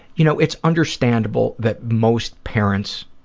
you know, it's understandable that most parents